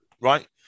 Right